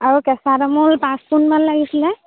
আৰু কেঁচা তামোল পাঁচ পোণ মান লাগিছিল